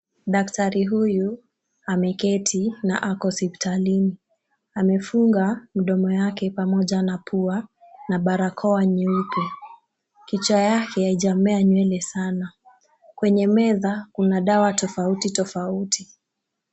Daktari huyu ameketi na ako hospitalini. Amefunga mdomo yake pamoja na pua na barakoa nyeupe. Kichwa yake haijamea nywele sana. Kwenye meza kuna dawa tofauti tofauti.